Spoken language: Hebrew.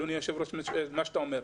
אדוני היושב-ראש את מה שאתה אומר.